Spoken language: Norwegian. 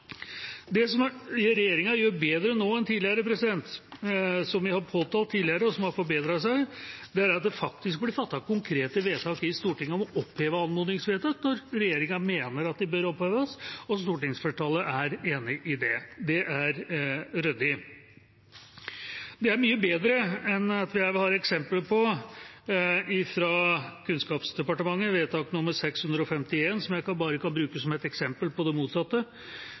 Det som regjeringa gjør bedre nå enn tidligere – som vi har påtalt tidligere, og som altså har forbedret seg – er at det faktisk blir fattet konkrete vedtak i Stortinget om å oppheve anmodningsvedtak når regjeringa mener at de bør oppheves og stortingsflertallet er enig i det. Det er ryddig. Det er mye bedre enn det som kom fra Kunnskapsdepartementet, vedtak nr. 651, som jeg bare kan bruke som et eksempel på det motsatte,